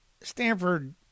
Stanford